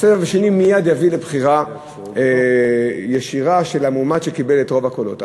הסבב השני מייד יביא לבחירה ישירה של המועמד שקיבל את רוב הקולות.